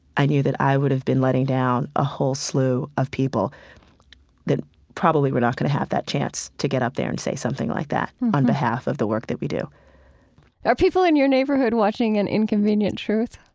i knew that i would have been letting down a whole slew of people that probably were not going to have that chance to get up there and say something like that on behalf of the work that we do are people in your neighborhood watching an inconvenient truth?